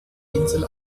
insel